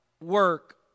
work